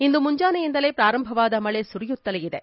ಇಂದು ಮುಂಜಾನೆಯಿಂದಲೇ ಪ್ರಾರಂಭವಾದ ಮಳೆ ಸುರಿಯುತ್ತಲೇ ಇದೆ